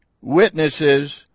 witnesses